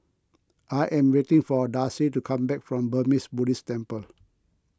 I am waiting for Darcie to come back from Burmese Buddhist Temple